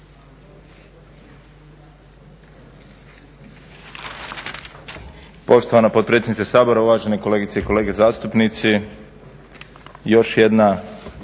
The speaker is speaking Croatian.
Poštovana potpredsjednice Sabora, uvažene kolegice i kolege zastupnici. Još jedna